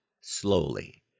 slowly